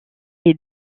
est